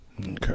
Okay